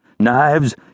Knives